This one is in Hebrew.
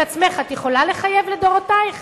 את עצמך את יכולה לחייב לדורותייך?